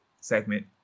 segment